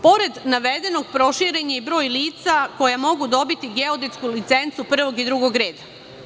Pored navedenog, proširen je i broj lica koja mogu dobiti geodetsku licencu prvog i drugog reda.